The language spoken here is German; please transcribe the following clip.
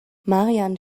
marian